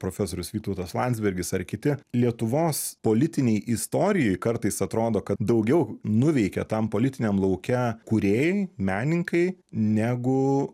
profesorius vytautas landsbergis ar kiti lietuvos politinei istorijai kartais atrodo kad daugiau nuveikė tam politiniam lauke kūrėjai menininkai negu